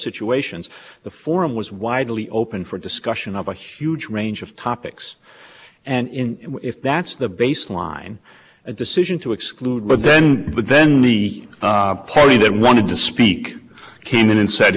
situations the forum was widely open for discussion of a huge range of topics and in if that's the baseline a decision to exclude but then but then the party that wanted to speak came in and said